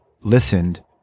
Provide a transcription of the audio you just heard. listened